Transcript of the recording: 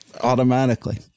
automatically